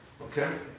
Okay